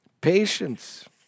Patience